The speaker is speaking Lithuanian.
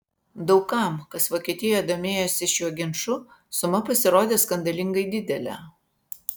daug kam kas vokietijoje domėjosi šiuo ginču suma pasirodė skandalingai didelė